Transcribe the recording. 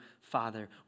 Father